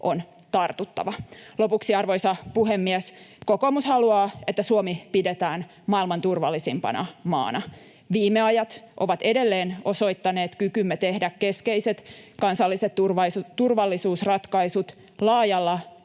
on tartuttava. Lopuksi, arvoisa puhemies, kokoomus haluaa, että Suomi pidetään maailman turvallisimpana maana. Viime ajat ovat edelleen osoittaneet kykymme tehdä keskeiset kansalliset turvallisuusratkaisut laajalla